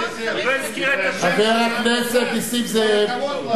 חבר הכנסת נסים זאב,